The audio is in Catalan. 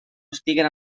estiguen